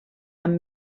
amb